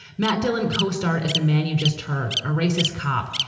matt dillon co-star as the man you just heard a racist cop.